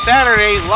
Saturday